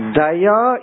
Daya